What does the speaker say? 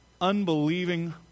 unbelieving